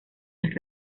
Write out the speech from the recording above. las